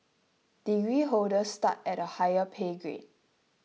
degree holders start at a higher pay grade